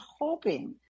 hoping